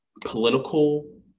political